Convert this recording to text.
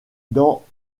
dans